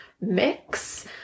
mix